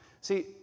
see